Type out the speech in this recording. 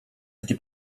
takie